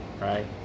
right